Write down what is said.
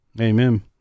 Amen